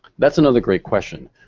that's another great question.